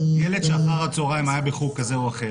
ילד שאחר הצהריים היה בחוג כזה או אחר